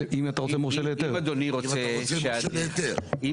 אם אדוני רוצה שמורשה להיתר יתכנן.